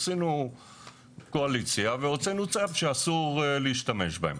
עשינו קואליציה אד-הוק והוצאנו צו שאסור להשתמש בהם.